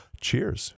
cheers